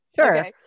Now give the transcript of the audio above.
sure